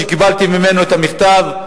שקיבלתי ממנו את המכתב,